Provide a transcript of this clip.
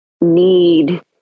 need